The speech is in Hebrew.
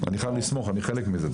אני חייב לסמוך, אני חלק מזה.